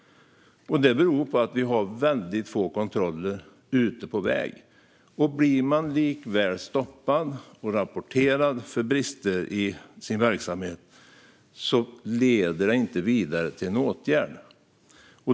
Det beror på att vi har väldigt få kontroller ute på vägarna. Blir man likväl stoppad och rapporterad för brister i sin verksamhet leder det inte vidare till en åtgärd.